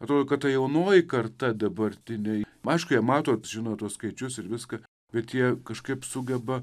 atrodo kad ta jaunoji karta dabartiniai aišku jie mato žino tuos skaičius ir viską bet jie kažkaip sugeba